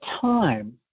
time